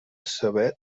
saber